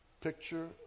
picture